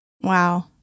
Wow